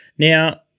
Now